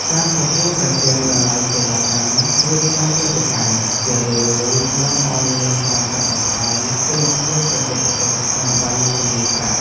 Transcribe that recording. ការប្រកួតប្រជែងតម្លៃសេវាកម្មរៀបចំព្រឹត្តិការណ៍ ជារឿយៗនាំឱ្យមានការកាត់បន្ថយគុណភាពបច្ចេកទេសដើម្បីចំណេញប្រាក់។